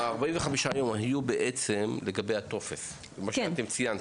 45 יום היו לגבי הטופס, מה שאתם ציינתם.